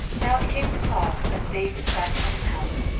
now it came to pass, as david sat in his house,